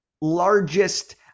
largest